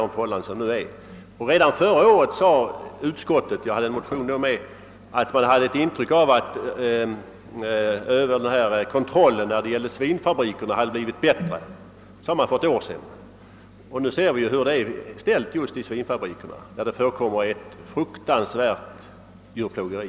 Redan föregående år, då jag också hade väckt en motion i frågan, uttalade utskottet att man hade det intrycket att kontrollen över svinfabrikerna hade blivit bättre. Nu ser vi emellertid hur det alltjämt är ställt just i dessa anläggningar, där det förekommer = ett fruktansvärt djurplågeri.